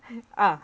ah